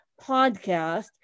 podcast